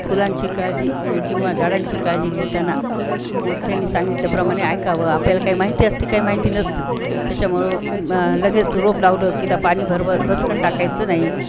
फुलांची काळजी किंवा झाडांची काळजी घेताना मोठ्यांनी सांगितल्याप्रमाणे ऐकावं आपल्याला काही माहिती असते काही माहिती नसती त्याच्यामुळं लगेच तर रोप लावलं की त पाणी भर ब भसकन टाकायचं नाही